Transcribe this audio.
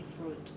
fruit